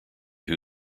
who